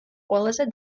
ყველაზე